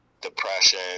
depression